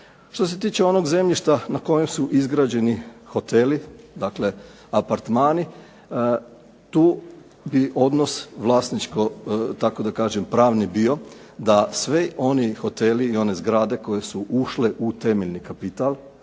Što se tiče onog zemljišta na kojem su izgrađeni hoteli, dakle apartmani, tu bi odnos vlasničko tako da kažem pravni bio da svi oni hoteli i one zgrade koje su ušle u temeljni kapital,